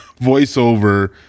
voiceover